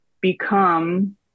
become